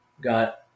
got